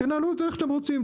תנהלו את זה איך שאתם רוצים,